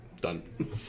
done